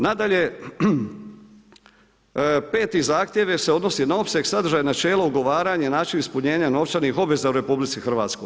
Nadalje, 5. zahtjev se odnosi na opseg sadržaja načela ugovaranja i način ispunjenja novčanih obveza u RH.